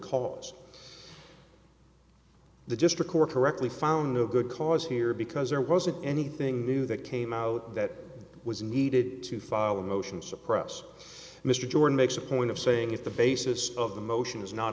cause the district court correctly found a good cause here because there wasn't anything new that came out that was needed to file a motion to suppress mr jordan makes a point of saying if the basis of the motion is not